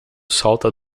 salta